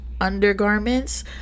undergarments